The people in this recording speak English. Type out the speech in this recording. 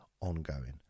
ongoing